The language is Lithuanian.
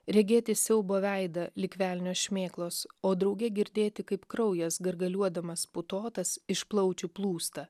regėti siaubo veidą lyg velnio šmėklos o drauge girdėti kaip kraujas gargaliuodamas putotas iš plaučių plūsta